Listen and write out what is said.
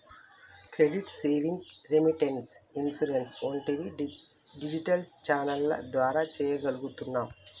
credit, savings, remittance, insurance వంటివి digital ఛానెల్ల ద్వారా చెయ్యగలుగుతున్నాం